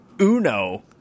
Uno